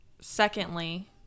Secondly